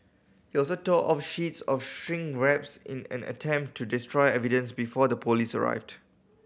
he also tore off sheets of shrink wraps in an attempt to destroy evidence before the police arrived